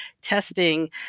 testing